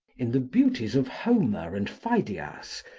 in the beauties of homer and pheidias,